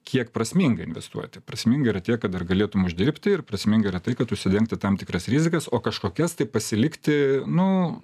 kiek prasminga investuoti prasminga yra tiek kad dar galėtum uždirbti ir prasminga yra tai kad užsidengti tam tikras rizikas o kažkokias tai pasilikti nu